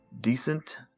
decent